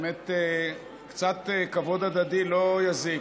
באמת קצת כבוד הדדי לא יזיק.